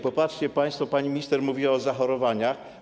Popatrzcie państwo, pani minister mówiła o zachorowaniach.